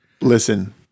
Listen